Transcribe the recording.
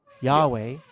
Yahweh